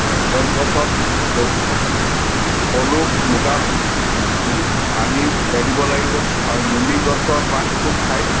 চোম গছত পলু পলু মুগা ও আনি মেলিব লাগিব আৰু নুনি গছৰ পাত খুব খায়